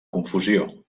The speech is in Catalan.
confusió